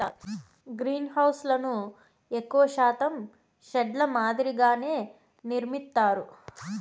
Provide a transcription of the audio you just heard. గ్రీన్హౌస్లను ఎక్కువ శాతం షెడ్ ల మాదిరిగానే నిర్మిత్తారు